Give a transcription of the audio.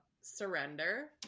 surrender